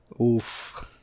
Oof